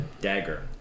dagger